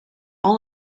all